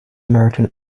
american